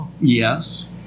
Yes